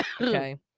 Okay